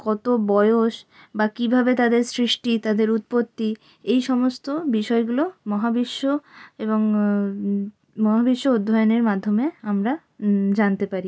কত বয়স বা কীভাবে তাদের সৃষ্টি তাদের উৎপত্তি এই সমস্ত বিষয়গুলো মহাবিশ্ব এবং মহাবিশ্ব অধ্যয়নের মাধ্যমে আমরা জানতে পারি